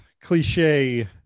cliche